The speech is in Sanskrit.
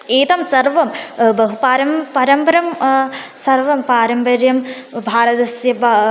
एतत् सर्वं बहु पारम् पारम्पर्य सर्वं पारम्पर्य भारतस्य बा